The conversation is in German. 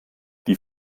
die